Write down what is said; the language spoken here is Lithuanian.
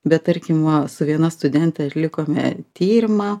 bet tarkim su viena studente atlikome tyrimą